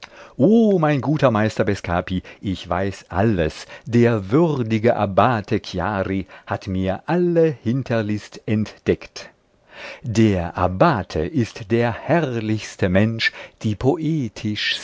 o mein guter meister bescapi ich weiß alles der würdige abbate chiari hat mir alle hinterlist entdeckt der abbate ist der herrlichste mensch die